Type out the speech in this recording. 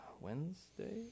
Wednesday